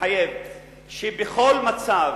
מתחייב שבכל מצב